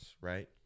right